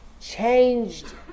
changed